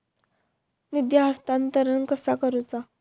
निधी हस्तांतरण कसा करुचा?